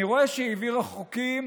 אני רואה שהיא העבירה חוקים,